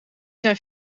zijn